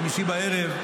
חמישי בערב,